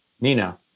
Nina